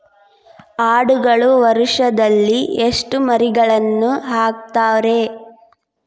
ಆಡುಗಳು ವರುಷದಲ್ಲಿ ಎಷ್ಟು ಮರಿಗಳನ್ನು ಹಾಕ್ತಾವ ರೇ?